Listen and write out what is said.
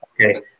Okay